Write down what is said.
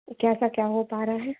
वो क्या क्या क्या हो पा रहा है